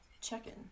check-in